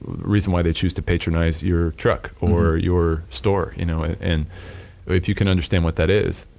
reason why they choose to patronize your truck or your store you know and if you can understand what that is,